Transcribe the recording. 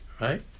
right